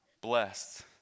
blessed